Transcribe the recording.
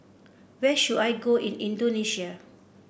where should I go in Indonesia